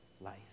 life